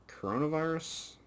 coronavirus